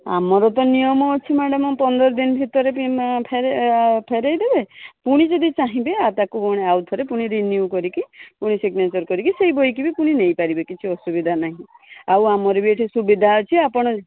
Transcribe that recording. ଆମର ତ ନିୟମ ଅଛି ମ୍ୟାଡମ୍ ପନ୍ଦର ଦିନ ଭିତରେ ବି ଫେରାଇଦେବେ ପୁଣି ଯଦି ଚାହିଁବେ ଆଉ ତାକୁ ପୁଣି ଆଉଥରେ ପୁଣି ରିନ୍ୟୁ କରିକି ପୁଣି ସିଗ୍ନେଚର୍ କରିକି ସେଇ ବହିଟି ବି ପୁଣି ନେଇପାରିବେ କିଛି ଅସୁବିଧା ନାହିଁ ଆଉ ଆମର ବି ଏଠି ସୁବିଧା ଅଛି ଆପଣ